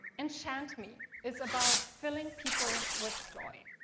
enchant me is about filling people with joy,